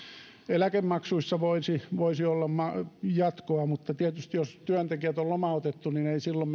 eläkemaksuissa voisi voisi olla jatkoa mutta tietysti jos työntekijät on lomautettu ei silloin